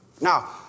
Now